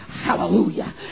Hallelujah